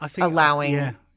allowing –